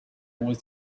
was